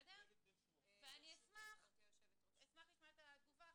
ואני אשמח לשמוע את התגובה.